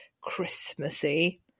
Christmassy